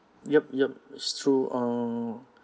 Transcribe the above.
yup yup that's true uh